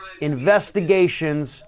Investigations